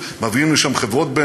מביאים לשם את יחידות התקשוב,